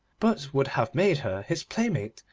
but would have made her his playmate,